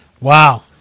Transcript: Wow